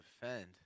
defend